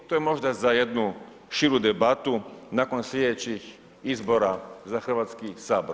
To je možda za jednu širu debatu nakon sljedećih izbora za Hrvatski sabor.